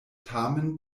tamen